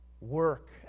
work